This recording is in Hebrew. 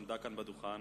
עמדה כאן ליד הדוכן